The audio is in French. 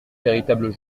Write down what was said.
véritables